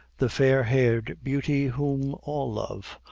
the fair-haired beauty whom all love,